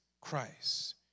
Christ